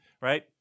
right